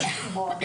ככוח,